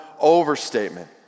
overstatement